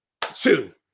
Two